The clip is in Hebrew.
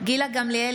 גילה גמליאל,